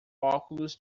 óculos